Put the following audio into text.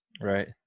right